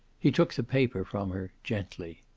he took the paper from her, gently.